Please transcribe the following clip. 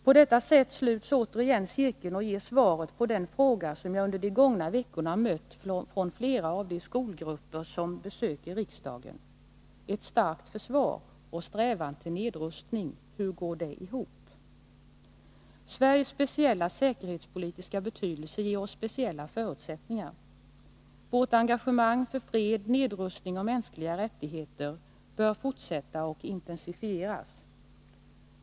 På detta sätt sluts återigen cirkeln och ger svaret på den fråga som jag under de gångna veckorna mött från flera av de skolgrupper som besöker riksdagen: ”Ett starkt försvar och strävan till nedrustning — hur går det ihop?” Sveriges speciella säkerhetspolitiska betydelse ger oss speciella förutsättningar. Vårt engagemang för fred, nedrustning och mänskliga rättigheter bör fortsätta och intensifieras.